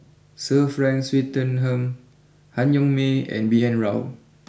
Sir Frank Swettenham Han Yong May and B N Rao